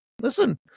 listen